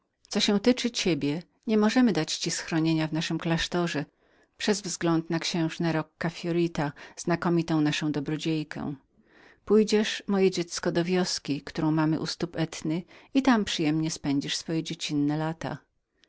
co się tyczy ciebie nie możemy dać ci schronienia w naszym klasztorze przez wzgląd na księżnę della rocca fiorita znakomitą naszą dobrodziejkę ty jednak moje dziecko pójdziesz do wioski którą mamy u stóp etny i tam przyjemnie spędzisz twoje dziecinne lata